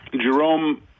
Jerome